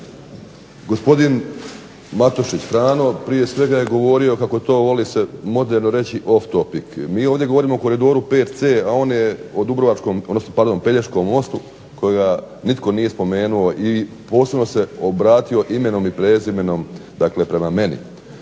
gospodin Matušić Frano prije svega je govorio kako se to voli reći, off topic. MI ovdje govorimo o koridoru VC a on je o Pelješkom mostu kojega nitko nije spomenuo i posebno se obratio imenom i prezimenom prema meni.